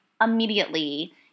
immediately